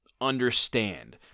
understand